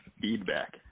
feedback